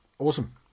Awesome